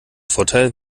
vorteil